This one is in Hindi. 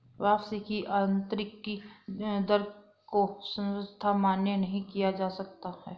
वापसी की आन्तरिक दर को सर्वथा मान्य नहीं किया जा सकता है